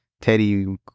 Teddy—